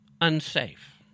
unsafe